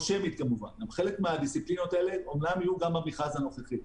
חלק מהדיסציפלינות האלה אומנם יהיו גם במכרז הנוכחי,